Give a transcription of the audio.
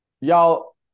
Y'all